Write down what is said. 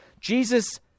Jesus